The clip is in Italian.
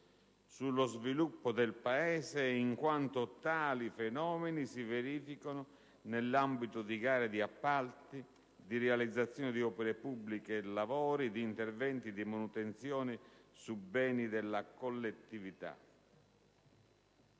sullo sviluppo del Paese in quanto tali fenomeni si verificano nell'ambito di gare di appalti, di realizzazione di opere pubbliche e lavori, di interventi di manutenzioni su beni della collettività.